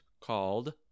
called